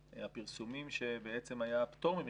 מהפרסומים שבעצם היה פטור ממכרז.